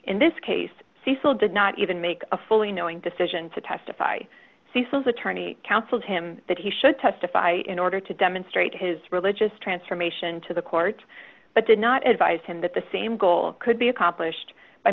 in this case cecil did not even make a fully knowing decision to testify cecil's attorney counseled him that he should testify in order to demonstrate his religious transformation to the court but did not advise him that the same goal could be accomplished by